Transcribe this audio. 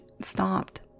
stopped